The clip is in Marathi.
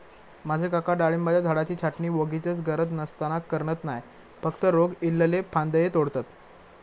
माझे काका डाळिंबाच्या झाडाची छाटणी वोगीचच गरज नसताना करणत नाय, फक्त रोग इल्लले फांदये तोडतत